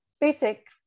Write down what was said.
basic